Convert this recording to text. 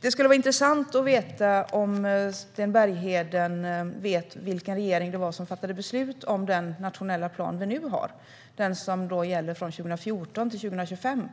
Det skulle vara intressant att veta om Sten Bergheden vet vilken regering det var som fattade beslut om den nationella plan vi nu har - den som gäller från 2014 till 2025.